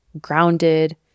grounded